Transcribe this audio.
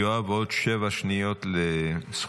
יואב, עוד שבע שניות לזכותך.